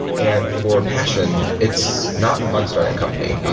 and for passion, it's not fun starting a company.